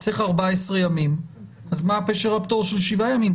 צריך 14 ימים אז מה פשר הפטור של שבעה ימים?